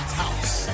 house